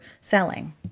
selling